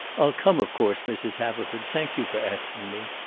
i'll come, of course, mrs. haverford. thank you for asking me.